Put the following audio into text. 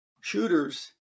Shooters